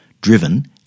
driven